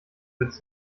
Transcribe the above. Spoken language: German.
witz